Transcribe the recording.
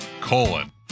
colon